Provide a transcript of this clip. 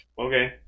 Okay